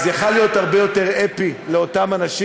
זה יכול היה להיות הרבה יותר "הֵפִּי" לאותם אנשים